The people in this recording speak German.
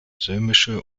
römische